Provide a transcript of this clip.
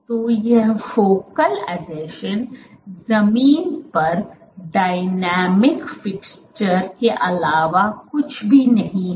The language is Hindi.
तो ये फोकल अधीक्षण जमीन पर डायनेमिक फिक्स्चर के अलावा कुछ भी नहीं हैं